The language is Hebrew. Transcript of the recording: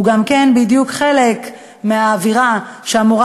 הוא גם כן בדיוק חלק מהאווירה שאמורה